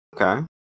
Okay